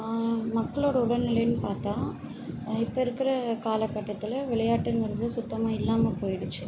மக்களோடய உடல்நிலைன்னு பார்த்தா இப்போ இருக்கிற காலகட்டத்தில் விளையாட்டுங்கிறது சுத்தமாக இல்லாமல் போயிடுச்சு